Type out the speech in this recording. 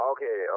Okay